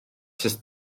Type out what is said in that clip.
sut